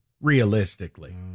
realistically